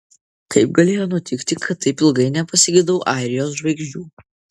kaip galėjo nutikti kad taip ilgai nepasigedau airijos žvaigždžių